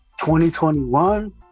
2021